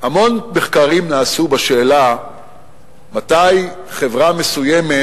המון מחקרים נעשו בשאלה מתי חברה מסוימת